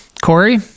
Corey